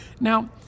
Now